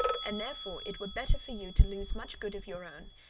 and therefore it were better for you to lose much good of your own,